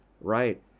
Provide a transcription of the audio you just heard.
right